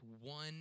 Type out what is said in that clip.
one